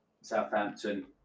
Southampton